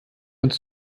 uns